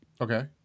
Okay